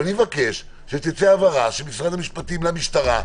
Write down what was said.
אני מבקש שתצא הבהרה של משרד המשפטים למשטרה,